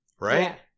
Right